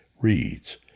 reads